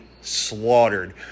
slaughtered